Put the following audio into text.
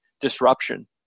disruption